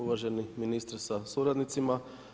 Uvaženi ministre sa suradnicima.